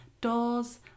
doors